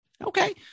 Okay